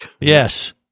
Yes